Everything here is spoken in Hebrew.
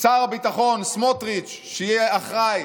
שר הביטחון סמוטריץ', שיהיה אחראי